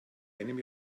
einem